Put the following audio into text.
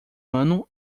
ano